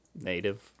Native